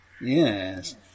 Yes